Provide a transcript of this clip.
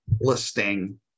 listing